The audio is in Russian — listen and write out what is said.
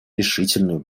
решительную